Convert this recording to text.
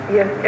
Yes